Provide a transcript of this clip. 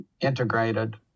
integrated